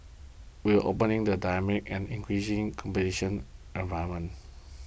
we are operating in a dynamic and increasingly competition environment